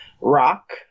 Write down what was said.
rock